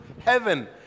heaven